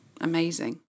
amazing